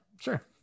sure